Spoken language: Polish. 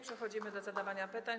Przechodzimy do zadawania pytań.